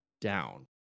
down